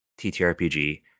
TTRPG